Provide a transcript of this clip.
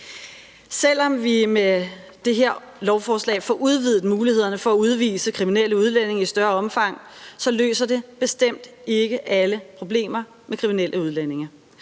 Selv om vi med det her lovforslag får udvidet mulighederne for at udvise kriminelle udlændinge i større omfang, løser det bestemt ikke alle problemer med kriminelle udlændinge.